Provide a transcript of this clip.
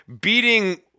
beating